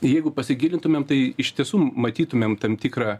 jeigu pasigilintumėm tai iš tiesų matytumėm tam tikrą